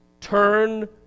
turn